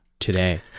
today